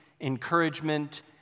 encouragement